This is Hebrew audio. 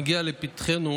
הגיעה לפתחנו